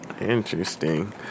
Interesting